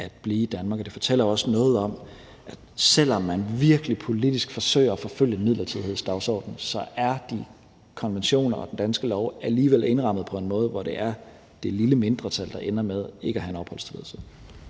at blive i Danmark, og det fortæller også noget om, selv om man politisk virkelig forsøger at forfølge en midlertidighedsdagorden, at konventionerne og den danske lov så alligevel er indrettet på en måde, hvor det er det lille mindretal, der ender med ikke at have en opholdstilladelse.